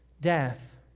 death